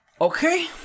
okay